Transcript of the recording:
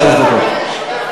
שלוש דקות.